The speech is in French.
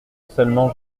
seulement